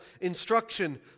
instruction